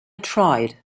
tried